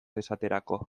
esaterako